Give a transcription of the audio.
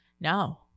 no